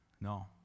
No